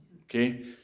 okay